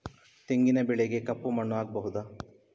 ತೆಂಗಿನ ಬೆಳೆಗೆ ಕಪ್ಪು ಮಣ್ಣು ಆಗ್ಬಹುದಾ?